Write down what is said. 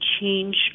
change